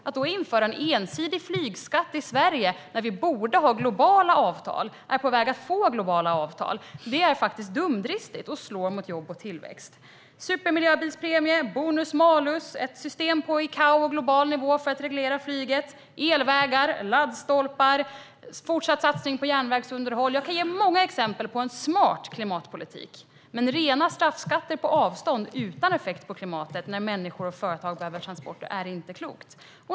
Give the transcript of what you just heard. Att då införa en ensidig flygskatt i Sverige när vi borde ha globala avtal och är på väg att få sådana är dumdristigt och slår mot jobb och tillväxt. Supermiljöbilspremie, bonus-malus, ett system inom ICAO på global nivå för att reglera flyget, elvägar, laddstolpar, fortsatt satsning på järnvägsunderhåll - jag kan ge många exempel på en smart klimatpolitik. Men rena straffskatter på avstånd utan effekt på klimatet när människor och företag behöver transporter är inte klokt.